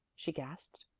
she gasped,